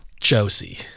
Josie